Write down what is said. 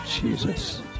Jesus